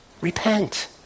Repent